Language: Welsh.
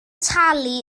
talu